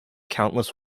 countless